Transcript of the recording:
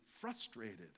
frustrated